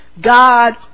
God